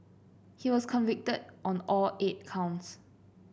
he was convicted on all eight counts